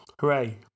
Hooray